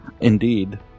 Indeed